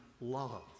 love